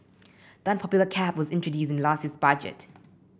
the unpopular cap was introduced in last year's budget